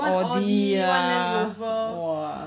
audi ah !wah!